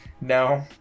No